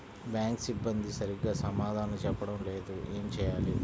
Bank సిబ్బంది సరిగ్గా సమాధానం చెప్పటం లేదు ఏం చెయ్యాలి?